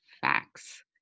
facts